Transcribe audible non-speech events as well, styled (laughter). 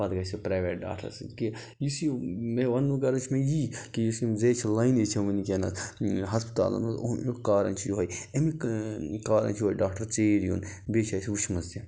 پتہٕ گژھِ سُہ پرٛایویٹ ڈاکٹرَس نِش کہِ یُس یہِ مےٚ ونٛنُک غرض چھُ مےٚ یی کہِ یُس یِم زیچھٕ لاینہٕ چھےٚ وٕنۍکٮ۪نَس ہَسپتالَن منٛز (unintelligible) کارَن چھُ یِہوٚے اَمیُک کارَن چھُ یِہوٚے ڈاکٹَر ژیٖرۍ یُن بیٚیہِ چھِ اَسہِ وٕچھمٕژ یہِ